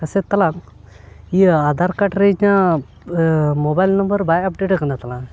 ᱦᱮᱸ ᱥᱮ ᱛᱟᱞᱟᱝ ᱤᱭᱟᱹ ᱟᱫᱷᱟᱨ ᱠᱟᱨᱰ ᱨᱮ ᱤᱧᱟᱹᱜ ᱢᱳᱵᱟᱭᱤᱞ ᱱᱟᱢᱵᱟᱨ ᱵᱟᱭ ᱟᱯᱰᱮᱴ ᱠᱟᱱᱟ ᱛᱟᱞᱟᱝ